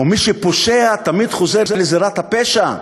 או מי שפושע, תמיד חוזר לזירת הפשע,